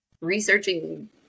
researching